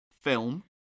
film